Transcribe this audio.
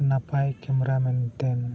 ᱱᱟᱯᱟᱭ ᱠᱮᱢᱮᱨᱟ ᱢᱮᱱᱛᱮᱢ